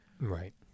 Right